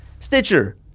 Stitcher